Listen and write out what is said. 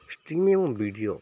ଏବଂ ଭିଡ଼ିଓ